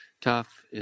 tough